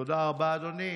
תודה רבה, אדוני.